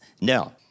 Now